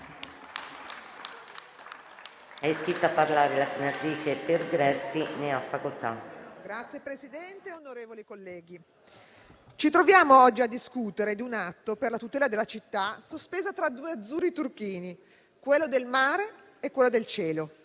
Signor Presidente, onorevoli colleghi, ci troviamo oggi a discutere di un atto per la tutela di una città sospesa tra due azzurri turchini, quello del mare e quello del cielo.